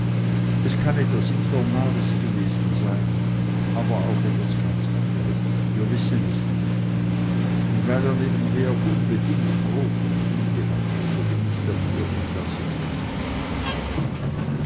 es kann etwas infernales gewesen sein aber auch etwas ganz andres wir wissen es nicht und weil er nebenher unbedingt große züge hatte so bin ich dafür ihm das in rechnung zu stellen